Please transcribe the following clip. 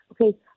Okay